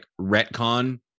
retcon